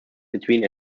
between